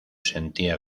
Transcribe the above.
sentía